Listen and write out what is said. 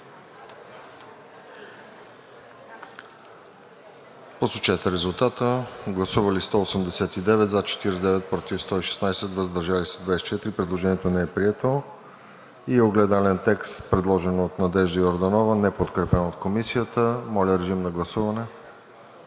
народни представители: за 49, против 116, въздържали се 24. Предложението не е прието. И огледален текст, предложен от Надежда Йорданова, неподкрепен от Комисията. Моля, режим на гласуване.